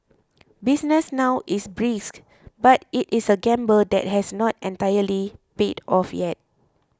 business now is brisk but it is a gamble that has not entirely paid off yet